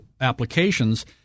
applications –